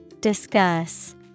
Discuss